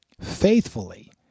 faithfully